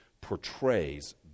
portrays